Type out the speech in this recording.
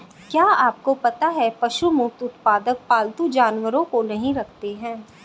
क्या आपको पता है पशु मुक्त उत्पादक पालतू जानवरों को नहीं रखते हैं?